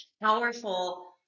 powerful